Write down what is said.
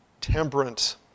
temperance